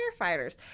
firefighters